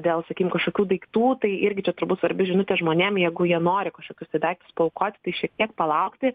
dėl sakykim kažkokių daiktų tai irgi čia turbūt svarbi žinutė žmonėm jeigu jie nori kažkokius tai daiktus paaukoti tai šiek tiek palaukti